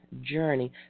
Journey